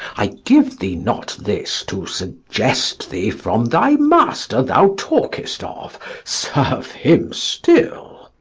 i give thee not this to suggest thee from thy master thou talk'st of serve him still.